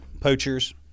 poachers